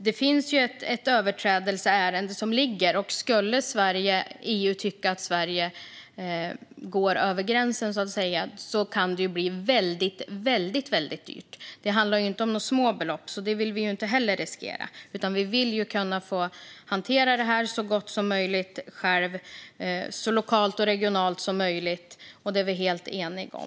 Det finns ett överträdelseärende som ligger. Skulle EU tycka att Sverige går över gränsen kan det bli väldigt dyrt. Det handlar inte om några små belopp. Så detta vill vi inte riskera, utan vi vill kunna hantera detta så bra som möjligt själva - så lokalt och regionalt som möjligt. Det är vi helt eniga om.